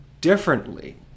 Differently